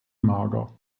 mager